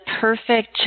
perfect